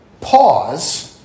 pause